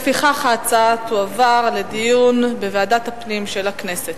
לפיכך ההצעה תועבר לדיון בוועדת הפנים של הכנסת.